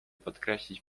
podkreślić